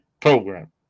program